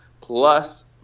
plus